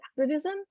activism